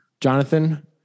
Jonathan